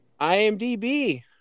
IMDB